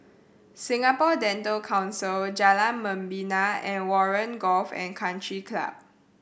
Singapore Dental Council Jalan Membina and Warren Golf and Country Club